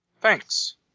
Thanks